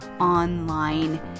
online